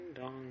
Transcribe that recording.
dong